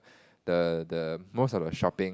the the most of the shopping